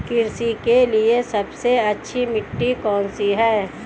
कृषि के लिए सबसे अच्छी मिट्टी कौन सी है?